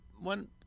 one